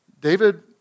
David